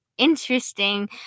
interesting